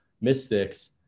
Mystics